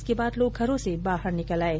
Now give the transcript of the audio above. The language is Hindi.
इसके बाद लोग घरों से बाहर निकल आये